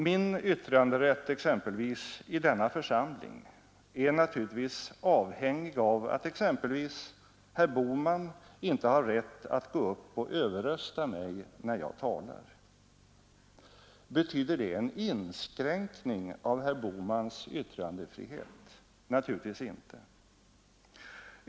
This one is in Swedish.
Min yttranderätt exempelvis i denna församling är naturligtvis avhängig av att exempelvis herr Bohman inte har rätt att gå upp och överrösta mig när jag talar. Betyder det en ”inskränkning” av herr Bohmans yttrandefrihet? Naturligtvis inte.